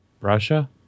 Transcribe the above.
Russia